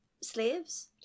slaves